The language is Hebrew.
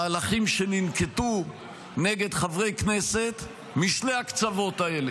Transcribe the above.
מהלכים שננקטו נגד חברי כנסת משני הקצוות ההם,